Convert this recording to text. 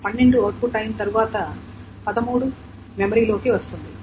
12 output అయిన తర్వాత 13 మెమరీలోకి వస్తుంది